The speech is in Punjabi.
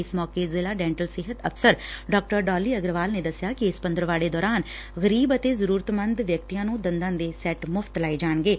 ਇਸ ਮੌਕੇ ਕਈ ਜ਼ਿਲਾ ਡੈਂਟਲ ਸਿਹਤ ਅਫ਼ਸਰ ਡਾਕਟਰ ਡੋਲੀ ਅਗਰਵਾਲ ਨੇ ਦਸਿਆ ਕਿ ਇਸ ਪੰਦਰਵਾੜੇ ਦੌਰਾਨ ਗਰੀਬ ਅਤੇ ਜ਼ਰੂਰਤ ਮੰਦ ਵਿਅਕਤੀਆਂ ਨੂੰ ਦੰਦਾਂ ਦੇ ਸੈੱਟ ਮੁਫ਼ਤ ਲਗਾਏ ਜਾਣਗੇ